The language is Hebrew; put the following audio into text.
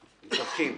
למתווכים,